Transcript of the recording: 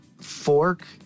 fork